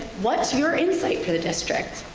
what's your insight for the district?